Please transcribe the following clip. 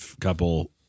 couple